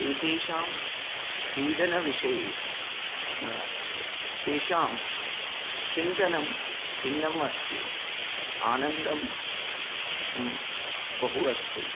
एतेषां क्रीडनविषये तेषां चिन्तनं भिन्नम् अस्ति आनन्दः बहु अस्ति